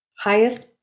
highest